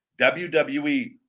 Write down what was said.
WWE